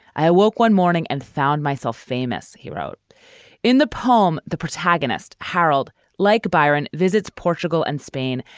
i awoke one morning and found myself famous, he wrote in the poem. the protagonist, harold, like byron, visits portugal and spain,